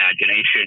imagination